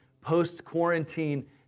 post-quarantine